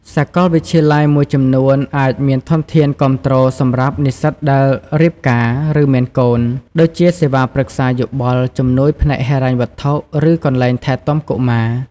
សាកលវិទ្យាល័យមួយចំនួនអាចមានធនធានគាំទ្រសម្រាប់និស្សិតដែលរៀបការ ឬមានកូន ដូចជាសេវាប្រឹក្សាយោបល់ ជំនួយផ្នែកហិរញ្ញវត្ថុ ឬកន្លែងថែទាំកុមារ។